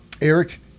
Eric